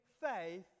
faith